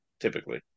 typically